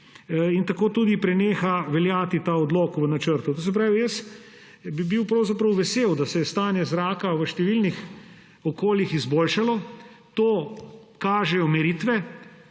in tako tudi preneha veljati ta odlok o načrtu. Jaz bi bil pravzaprav vesel, da se je stanje zraka v številnih okoljih izboljšalo. To kažejo meritve